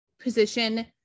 position